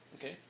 okay